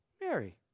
Mary